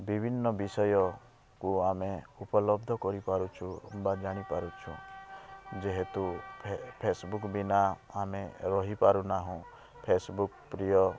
ବିଭିନ୍ନ ବିଷୟକୁ ଆମେ ଉପଲବ୍ଧ କରିପାରୁଛୁ ବା ଜାଣିପାରୁଛୁ ଯେହେତୁ ଫେସବୁକ୍ ବିନା ଆମେ ରହି ପାରୁନାହୁଁ ଫେସବୁକ୍ ପ୍ରିୟ